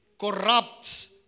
corrupts